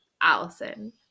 Allison